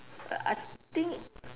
I think